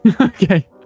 Okay